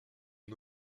est